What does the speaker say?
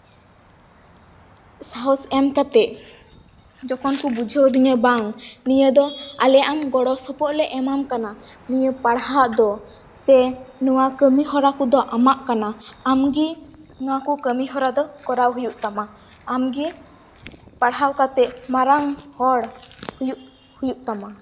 ᱥᱟᱸᱦᱚᱥ ᱮᱢ ᱠᱟᱛᱮ ᱡᱚᱠᱷᱚᱱ ᱠᱩ ᱵᱩᱡᱷᱟᱹᱣᱟᱫᱤᱧᱟ ᱵᱟᱝ ᱱᱤᱭᱟᱹ ᱫᱚ ᱟᱞᱮ ᱟᱢ ᱜᱚᱲᱚ ᱥᱚᱯᱚᱦᱚᱫᱞᱮ ᱮᱢᱟᱢ ᱠᱟᱱᱟ ᱱᱤᱭᱟᱹ ᱯᱟᱲᱦᱟᱜ ᱫᱚ ᱥᱮ ᱱᱚᱣᱟ ᱠᱟᱢᱤᱦᱚᱨᱟ ᱠᱚᱫᱚ ᱟᱢᱟᱜ ᱠᱟᱱᱟ ᱟᱢᱜᱮ ᱱᱚᱣᱟᱠᱚ ᱠᱟᱢᱤᱦᱚᱨᱟ ᱫᱚ ᱠᱚᱨᱟᱣ ᱦᱩᱭᱩᱜ ᱛᱟᱢᱟ ᱟᱢᱜᱮ ᱯᱟᱲᱦᱟᱣ ᱠᱟᱛᱮ ᱢᱟᱨᱟᱝ ᱦᱚᱲ ᱦᱩᱭᱩᱜ ᱦᱩᱭᱩᱜ ᱛᱟᱢᱟ